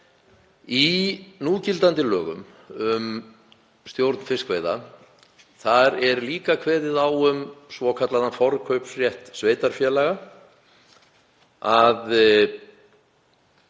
Í núgildandi lögum um stjórn fiskveiða er kveðið á um svokallaðan forkaupsrétt sveitarfélaga að